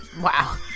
Wow